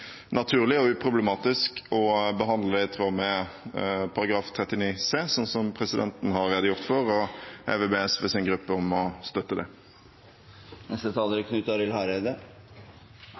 naturlig og uproblematisk å behandle det i tråd med § 39 c, slik presidenten har redegjort for, og jeg vil be SVs gruppe om å støtte det.